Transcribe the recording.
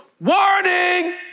warning